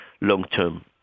long-term